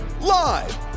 live